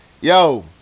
yo